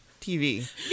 TV